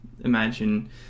imagine